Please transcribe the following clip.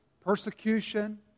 persecution